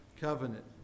covenant